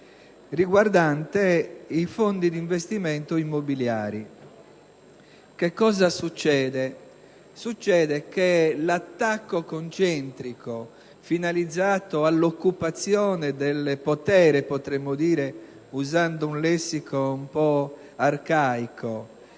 riguardante i fondi di investimento immobiliari. Che cosa succede? Succede che l'attacco concentrico finalizzato all'occupazione del potere - potremmo dire usando un lessico un po' arcaico